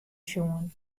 sjoen